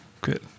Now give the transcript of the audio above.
good